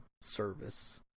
service